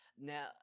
Now